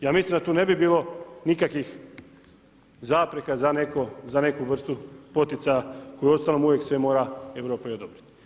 Ja mislim da tu ne bi bilo nikakvih zapreka za neku vrstu poticaja koju uostalom uvijek sve mora Europa i odobriti.